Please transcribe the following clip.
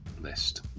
List